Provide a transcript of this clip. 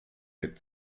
mit